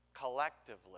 collectively